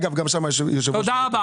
תודה.